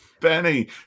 benny